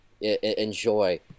enjoy